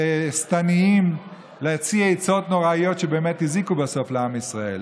שטניים להציע עצות נוראיות שבאמת הזיקו בסוף לעם ישראל.